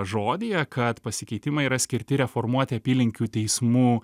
žodyje kad pasikeitimai yra skirti reformuoti apylinkių teismų